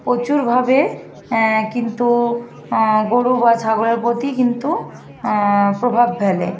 প্রচুরভাবে কিন্তু গরু বা ছাগলের প্রতি কিন্তু প্রভাব ফেলে